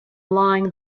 lying